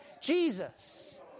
Jesus